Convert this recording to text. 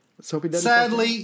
Sadly